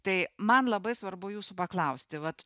tai man labai svarbu jūsų paklausti vat